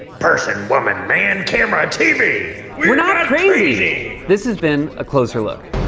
person, woman, man, camera, tv! we're not crazy! this has been a closer look.